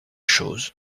chose